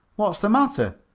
what's the matter,